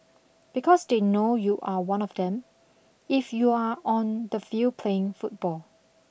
because they know you are one of them if you are on the field playing football